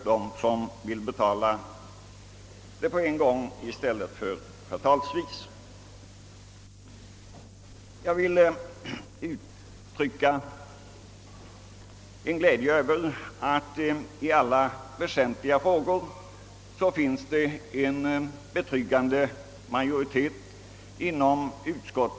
Jag vill uttrycka min glädje över att vi inom utskottet i alla väsentliga frågor enats om propositionens förslag.